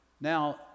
Now